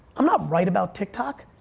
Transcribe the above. i'm not right about tiktok,